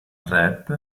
rap